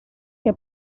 que